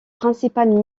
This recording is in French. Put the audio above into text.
principal